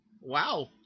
Wow